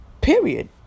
Period